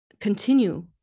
continue